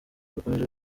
bakomeje